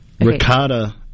Ricotta